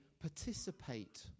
participate